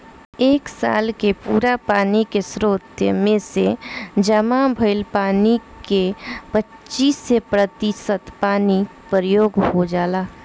एक साल के पूरा पानी के स्रोत में से जामा भईल पानी के पच्चीस प्रतिशत पानी प्रयोग हो जाला